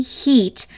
heat